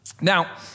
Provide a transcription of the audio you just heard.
Now